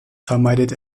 vermeidet